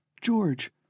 George